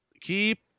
keep